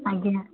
ଆଜ୍ଞା